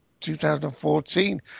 2014